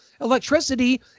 electricity